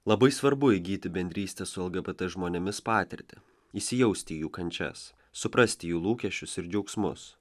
labai svarbu įgyti bendrystės su lgbt žmonėmis patirtį įsijausti į jų kančias suprasti jų lūkesčius ir džiaugsmus